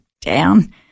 down